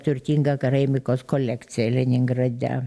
turtingą karaimikos kolekciją leningrade